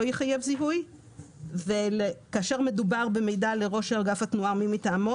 יחייב זיהוי וכאשר מדובר במידע לראש אגף התנועה או מי מטעמו,